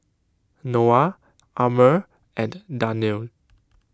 Noah Ammir and Danial